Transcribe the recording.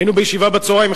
היינו בישיבה בצהריים,